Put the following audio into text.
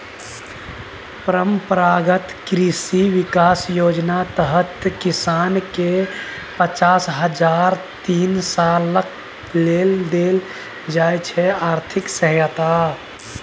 परंपरागत कृषि बिकास योजनाक तहत किसानकेँ पचास हजार तीन सालक लेल देल जाइ छै आर्थिक सहायता